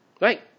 right